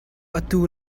atu